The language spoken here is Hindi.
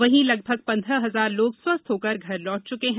वहीं लगभग पन्द्रह हजार लोग स्वस्थ होकर घर लौट चुके हैं